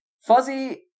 Fuzzy